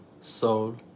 soul